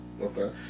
Okay